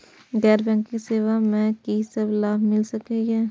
गैर बैंकिंग सेवा मैं कि सब लाभ मिल सकै ये?